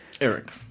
Eric